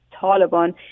Taliban